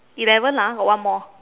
eleven lah got one more